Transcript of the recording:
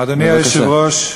אדוני היושב-ראש,